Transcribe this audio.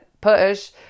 push